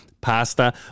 pasta